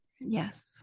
Yes